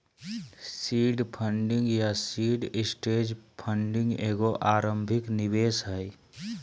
seed funding या seed stage funding एगो आरंभिक निवेश हइ